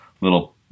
little